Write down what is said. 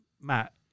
Matt